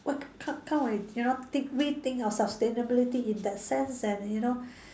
why can't can't we you know deeply think of sustainability in that sense then you know